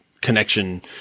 connection